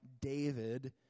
David